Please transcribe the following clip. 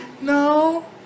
No